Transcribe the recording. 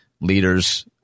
leaders